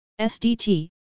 SDT